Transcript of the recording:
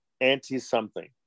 anti-something